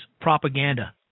propaganda